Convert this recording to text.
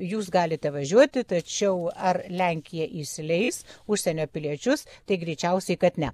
jūs galite važiuoti tačiau ar lenkija įsileis užsienio piliečius tai greičiausiai kad ne